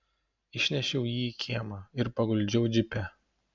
išnešiau jį į kiemą ir paguldžiau džipe